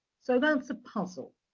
so, that's a puzzle.